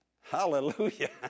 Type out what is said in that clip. Hallelujah